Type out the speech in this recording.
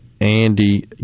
Andy